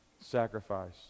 sacrifice